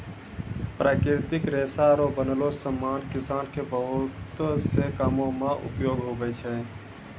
प्राकृतिक रेशा रो बनलो समान किसान के बहुत से कामो मे उपयोग हुवै छै